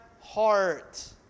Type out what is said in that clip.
heart